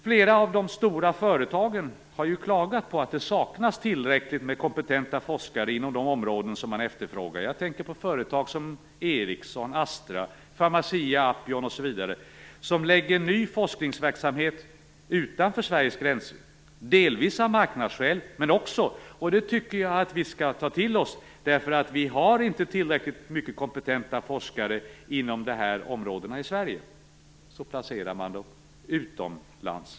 Flera av de stora företagen har ju klagat på att det saknas tillräckligt med kompetenta forskare inom de områden där man efterfrågar detta. Jag tänker på företag som Ericsson, Astra Pharmacia & Upjohn osv. Dessa företag förlägger ny forskningsverksamhet utanför Sveriges gränser. De gör det delvis av marknadsskäl, men också, och det tycker jag att vi skall ta till oss, för att vi inte har tillräckligt många kompetenta forskare inom de här områdena i Sverige. Därför placerar man forskning utomlands.